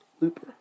Looper